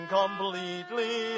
completely